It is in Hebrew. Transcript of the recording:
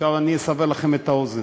עכשיו אני אסבר לכם את האוזן.